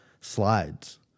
Slides